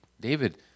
David